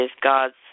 God's